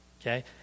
Okay